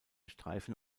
streifen